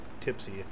tipsy